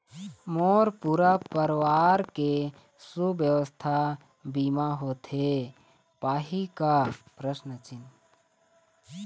मोर पूरा परवार के सुवास्थ बीमा होथे पाही का?